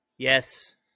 Yes